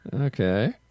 Okay